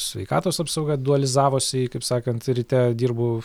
sveikatos apsauga dualizavosi kaip sakant ryte dirbu